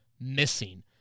missing